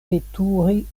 veturi